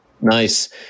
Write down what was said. Nice